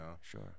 sure